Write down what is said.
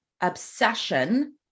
obsession